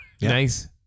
Nice